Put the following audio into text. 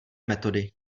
metody